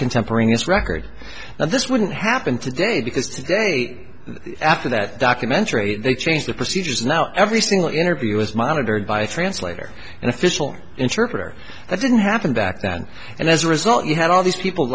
contemporaneous record and this wouldn't happen today because today after that documentary they change the procedures now every single interview was monitored by a translator an official interpreter that didn't happen back then and as a result you had all these people